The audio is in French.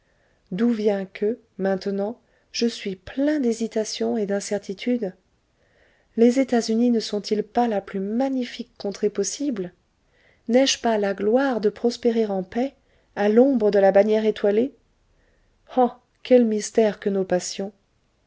d'où vient que maintenant je suis plein d'hésitations et d'incertitudes les états-unis ne sont-ils pas la plus magnifique contrée possible n'ai-je pas la gloire de prospérer en paix à l'ombre de la bannière étoilée oh quel mystère que nos passions